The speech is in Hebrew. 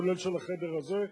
כולל של החדר הזה.